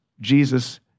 Jesus